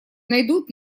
найдут